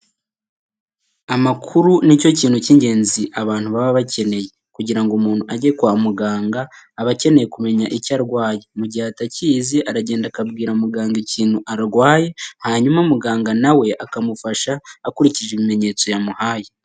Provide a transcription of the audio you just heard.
Amakuru ni cyo kintu cy'ingenzi abantu baba bakeneye. Kugira ngo umuntu ajye kwa muganga aba akeneye kumenya icyo arwaye. Mu gihe atakizi aragenda akabwira muganga ikintu arwaye, hanyuma muganga nawe we akamufasha akurikije ibimenyetso yamuhaye.